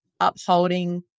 upholding